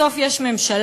בסוף יש ממשלה,